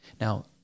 Now